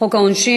(חוק העונשין,